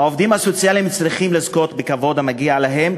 העובדים הסוציאליים צריכים לזכות בכבוד המגיע להם,